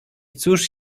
cóż